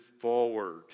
forward